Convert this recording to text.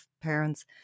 parents